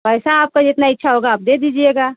पैसा आपकी जितनी इच्छा होगी आप दे दीजिएगा